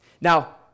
Now